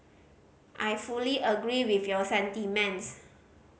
I fully agree with your sentiments